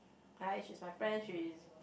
I she's my friend she is